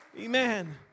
Amen